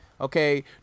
okay